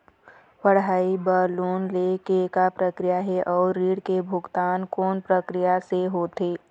पढ़ई बर लोन ले के का प्रक्रिया हे, अउ ऋण के भुगतान कोन प्रकार से होथे?